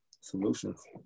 solutions